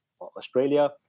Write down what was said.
Australia